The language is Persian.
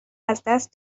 ازدست